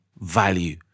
value